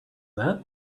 that